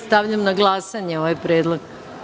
Stavljam na glasanje ovaj predlog.